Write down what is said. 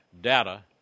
data